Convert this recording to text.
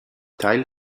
teil